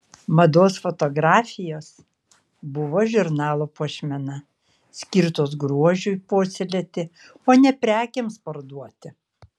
mados fotografijos buvo žurnalo puošmena skirtos grožiui puoselėti o ne prekėms parduoti